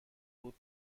بود